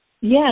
Yes